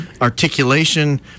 articulation